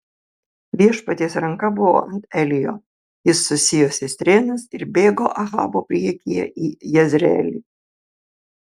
viešpaties ranka buvo ant elijo jis susijuosė strėnas ir bėgo ahabo priekyje į jezreelį